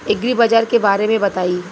एग्रीबाजार के बारे में बताई?